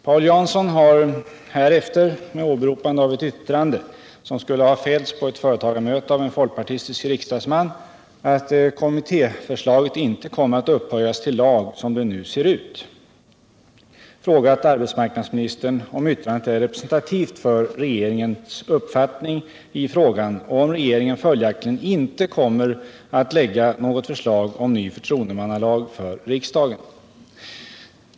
Paul Jansson har härefter — med åberopande av ett yttrande, som skulle ha fällts på ett företagarmöte av en folkpartistisk riksdagsman, att kommitté förslaget inte kommer att upphöjas till lag som det nu ser ut — frågat arbetsmarknadsministern om yttrandet är representativt för regeringens uppfattning i frågan och om regeringen följaktligen inte kommer att framlägga något förslag om ny förtroendemannalag för riksdagen.